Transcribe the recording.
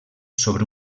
sobre